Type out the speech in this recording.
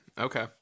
okay